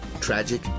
tragic